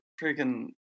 freaking